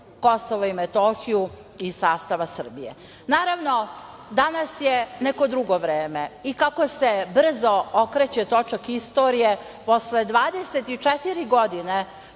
Kosovo i Metohiju iz sastava Srbije. Naravno, danas je neko drugo vreme i kako se brzo okreće točak istorije, posle 24 godine